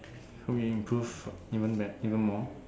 hope you improve even bet~ even more